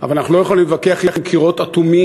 אבל אנחנו לא יכולים להתווכח עם קירות אטומים,